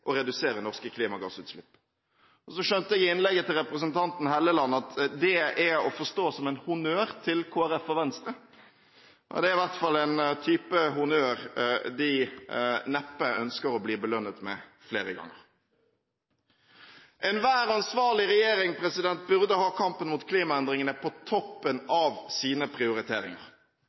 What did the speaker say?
å redusere norske klimagassutslipp. Jeg skjønte ut fra innlegget til representanten Helleland at det er å forstå som en honnør til Kristelig Folkeparti og Venstre. Det er i hvert fall en type honnør de neppe ønsker å bli belønnet med flere ganger. Enhver ansvarlig regjering burde ha kampen mot klimaendringene på toppen av sine prioriteringer.